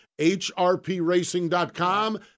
HRPRacing.com